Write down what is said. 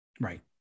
Right